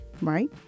Right